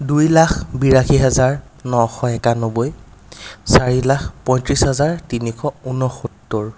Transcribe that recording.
দুই লাখ বিৰাশী হাজাৰ নশ একানব্বৈ চাৰি লাখ পইত্ৰিছ হাজাৰ তিনিশ ঊনসত্তৰ